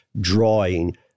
drawing